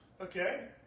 Okay